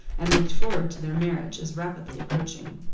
and looked forward to their marriage as rapidly approaching.